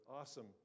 awesome